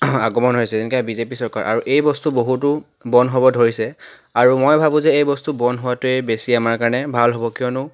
আগমন হৈছে যেনেকৈ বি জে পি চৰকাৰ আৰু এই বস্তু বহুতো বন্ধ হ'ব ধৰিছে আৰু মই ভাবোঁ যে এই বস্তু বন্ধ হোৱাটোৱে বেছি আমাৰ কাৰণে ভাল হ'ব কিয়নো